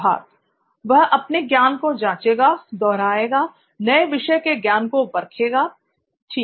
सिद्धार्थ वह अपने ज्ञान को जांचेगा दोहराएगा नए विषय के ज्ञान को पररखेगा ठीक